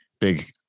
big